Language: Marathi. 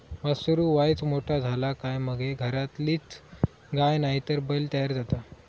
वासरू वायच मोठा झाला काय मगे घरातलीच गाय नायतर बैल तयार जाता